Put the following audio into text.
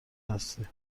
هستی